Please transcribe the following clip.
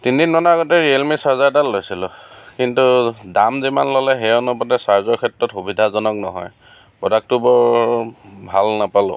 তিনদিন মানৰ আগতে ৰিয়েলমি চাৰ্জাৰ এডাল লৈছিলোঁ কিন্তু দাম যিমান ল'লে সেই অনুপাতে চাৰ্জৰ ক্ষেত্ৰত সুবিধাজনক নহয় প্ৰডাক্টটো বৰ ভাল নাপালোঁ